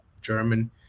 German